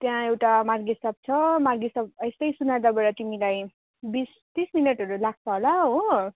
त्यहाँ एउटा Margaret's Hope छ माग्रेट्स होप यस्तै सोनादा गोएर तिमीलाई बिस तिस मिनटहरू लाग्छ होला हो